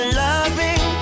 loving